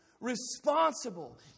responsible